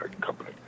company